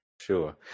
Sure